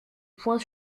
poing